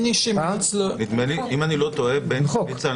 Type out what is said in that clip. אם אני לא טועה, בייניש המליצה על